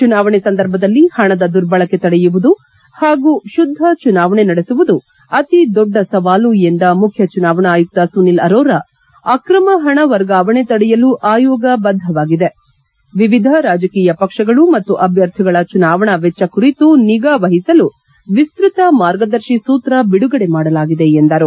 ಚುನಾವಣೆ ಸಂದರ್ಭದಲ್ಲಿ ಹಣದ ದುರ್ಬಳಕೆ ತಡೆಯುವುದು ಹಾಗೂ ಶುದ್ಲ ಚುನಾವಣೆ ನಡೆಸುವುದು ಅತಿ ದೊಡ್ಲ ಸವಾಲು ಎಂದ ಮುಖ್ಯ ಚುನಾವಣಾ ಆಯುಕ್ತ ಸುನೀಲ್ ಆರೋರಾ ಅಕ್ರಮ ಪಣ ವರ್ಗಾವಣೆ ತಡೆಯಲು ಆಯೋಗ ಬದ್ದವಾಗಿದೆ ವಿವಿಧ ರಾಜಕೀಯ ಪಕ್ಷಗಳು ಮತ್ತು ಅಭ್ಯರ್ಥಿಗಳ ಚುನಾವಣಾ ವೆಚ್ವ ಕುರಿತು ನಿಗಾ ವಹಿಸಲು ವಿಸ್ತತ ಮಾರ್ಗದರ್ಶಿ ಸೂತ್ರ ಬಿಡುಗಡೆ ಮಾಡಲಾಗಿದೆ ಎಂದರು